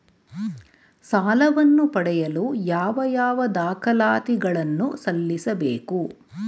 ಸಾಲವನ್ನು ಪಡೆಯಲು ಯಾವ ಯಾವ ದಾಖಲಾತಿ ಗಳನ್ನು ಸಲ್ಲಿಸಬೇಕು?